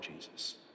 Jesus